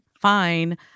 fine